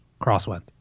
Crosswind